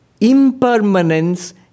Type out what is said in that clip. impermanence